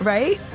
Right